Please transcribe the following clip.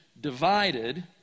divided